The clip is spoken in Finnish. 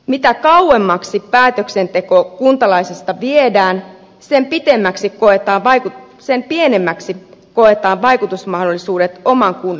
mitä kauemmaksi päätöksenteko kuntalaisesta viedään sen pienemmiksi koetaan vaikutusmahdollisuudet oman kunnan asioihin